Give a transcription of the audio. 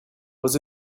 was